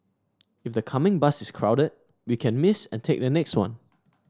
if the coming bus is crowded we can miss and take the next one